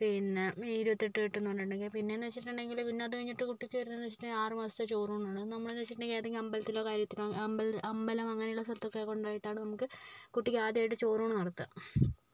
പിന്നെ ഇരുപത്തെട്ട് കെട്ടെന്ന് പറഞ്ഞിട്ടുണ്ടെങ്കിൽ പിന്നെയെന്ന് വെച്ചിട്ടുണ്ടെങ്കിൽ പിന്നെ അത് കഴിഞ്ഞിട്ട് കുട്ടിക്ക് വരുന്നതെന്ന് വെച്ചിട്ടുണ്ടെങ്കിൽ ആറ് മാസത്തെ ചോറൂണാണ് നമ്മൾ എന്ന് വെച്ചിട്ടുണ്ടെങ്കിൽ ഏതെങ്കിലും അമ്പലത്തിലോ കാര്യത്തിലോ അമ്പ അമ്പലം അങ്ങനെയുള്ള സ്ഥലത്തൊക്കെ കൊണ്ടു പോയിട്ടാണ് നമുക്ക് കുട്ടിക്കാദ്യമായിട്ട് ചോറൂണ് നടത്തുക